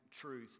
truth